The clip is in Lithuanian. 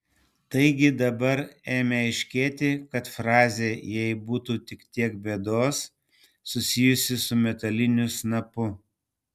taigi dabar ėmė aiškėti kad frazė jei būtų tik tiek bėdos susijusi su metaliniu snapu